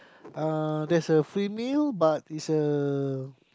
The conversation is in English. uh there's a free meal but it's a